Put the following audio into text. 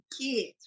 kids